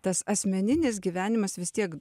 tas asmeninis gyvenimas vis tiek